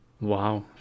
wow